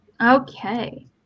Okay